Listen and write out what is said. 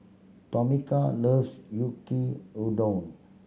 Tomika loves Yaki Udon